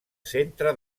centre